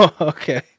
Okay